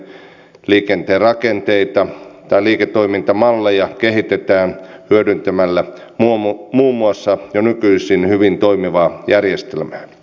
liikenteen rakenteita tai liiketoimintamalleja kehitetään hyödyntämällä muun muassa jo nykyisin hyvin toimivaa järjestelmää